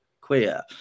queer